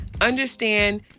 understand